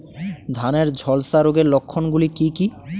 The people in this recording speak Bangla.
ধানের ঝলসা রোগের লক্ষণগুলি কি কি?